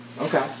okay